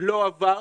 לא עבר.